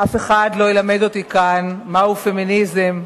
לא ילמד אותי כאן מהו פמיניזם,